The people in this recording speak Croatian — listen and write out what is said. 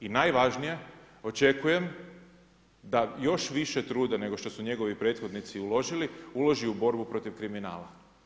I najvažnije, očekujem da još više truda nego što su njegovi prethodnici uložili, uloži u borbu protiv kriminala.